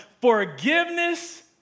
Forgiveness